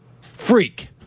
freak